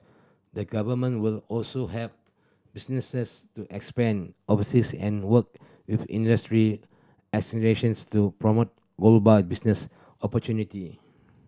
the Government will also help businesses to expand overseas and work with industry associations to promote global business opportunity